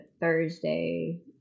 Thursday